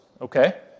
okay